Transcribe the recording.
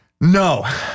No